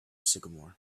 sycamore